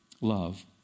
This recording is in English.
love